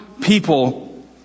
people